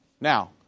Now